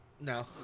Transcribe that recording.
no